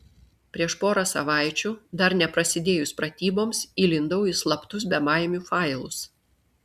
prieš porą savaičių dar neprasidėjus pratyboms įlindau į slaptus bebaimių failus